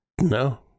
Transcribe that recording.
No